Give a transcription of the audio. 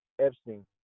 Epstein